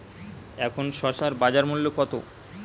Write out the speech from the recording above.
এখন শসার বাজার মূল্য কত?